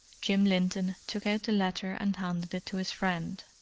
jim linton took out the letter and handed it to his friend.